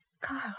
Carl